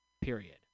Period